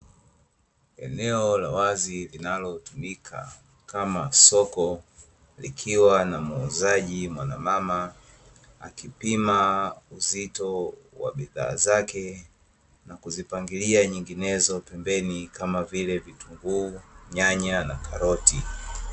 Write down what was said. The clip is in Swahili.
Eneo la wazi linalotumika kama soko, likiwa na muuzaji mwanamama. Akipima uzito wa bidhaa zake, na kuzipangilia nyinginezo pembeni kama vile vitunguu, nyanya na karoti.